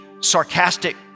sarcastic